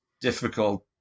difficult